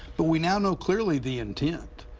but we now know clearly the intent.